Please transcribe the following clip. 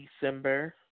December